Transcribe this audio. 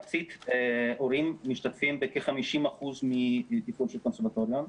ההורים משתתפים בכ-50% מתקצוב של הקונסרבטוריון,